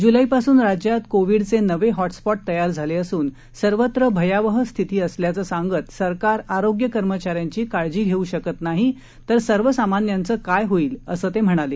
जुलैपासून राज्यात कोविडचे नवे हॉटस्पॉट तयार झाले असून सर्वत्र भयावह स्थिती असल्याचं सांगत सरकार आरोग्य कर्मचाऱ्यांची काळजी घेऊ शकत नाही तर सर्वसामान्यांचं काय होईल असं ते म्हणाले